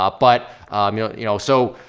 ah but you know, so.